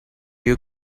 you